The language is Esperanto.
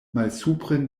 malsupren